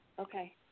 Okay